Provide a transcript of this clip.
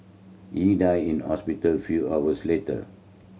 he died in hospital few hours later